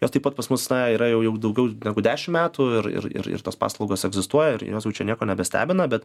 jos taip pat pas mus na yra jau jau daugiau negu dešim metų ir ir ir ir tos paslaugos egzistuoja ir jos jau čia nieko nebestebina bet